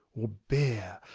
or bear,